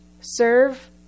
serve